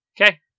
Okay